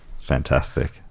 Fantastic